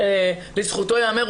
לזכותו ייאמר,